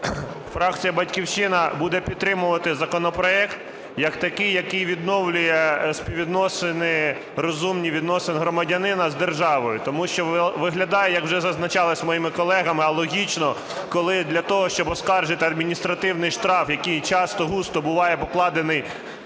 Фракція "Батьківщина" буде підтримувати законопроект як такий, який відновлює співвідносини, розумні відносини громадянина з державою. Тому що виглядає, як вже зазначалося моїми колегами, алогічно, коли для того, щоб оскаржити адміністративний штраф, який часто-густо буває покладений